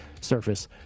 surface